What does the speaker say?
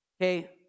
okay